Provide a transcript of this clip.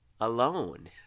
alone